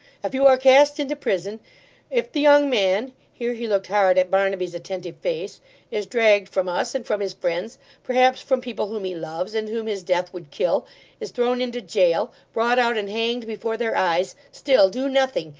if you are cast into prison if the young man here he looked hard at barnaby's attentive face is dragged from us and from his friends perhaps from people whom he loves, and whom his death would kill is thrown into jail, brought out and hanged before their eyes still, do nothing.